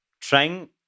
trying